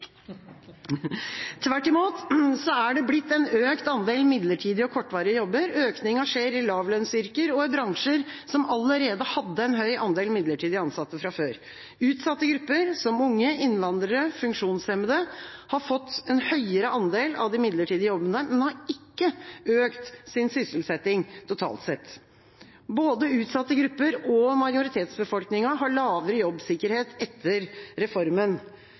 Tvert imot er det blitt en økt andel midlertidige og kortvarige jobber. Økningen skjer i lavlønnsyrker og i bransjer som hadde en høy andel midlertidig ansatte fra før. Utsatte grupper, som unge, innvandrere og funksjonshemmede, har fått en høyere andel av de midlertidige jobbene, men har ikke økt sin sysselsetting totalt sett. Både utsatte grupper og majoritetsbefolkningen har lavere jobbsikkerhet etter reformen.